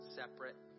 separate